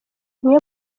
niyo